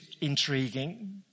intriguing